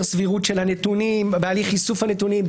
סבירות של הנתונים בהליך איסוף הנתונים,